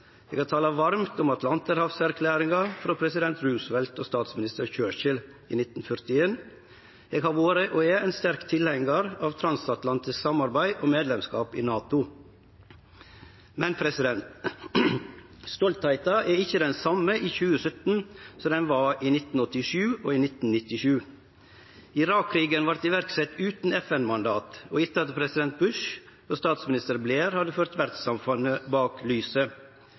Eg har tala varmt om Atlanterhavserklæringa frå president Roosevelt og statsminister Churchill i 1941. Eg har vore, og er, ein sterk tilhengjar av transatlantisk samarbeid og medlemskap i NATO. Stoltheita er ikkje den same i 2017 som ho var i 1987 og 1997. Irak-krigen vart iverksett utan FN-mandat og etter at president Bush og statsminister Blair hadde ført verdssamfunnet bak